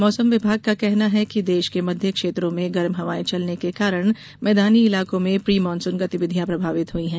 मौसम विभाग का कहना है कि देश के मध्य क्षेत्रों में गर्म हवाएं चलने के कारण मैदानी इलाकों में प्री मानसून गतिविधियां प्रभावित हुई हैं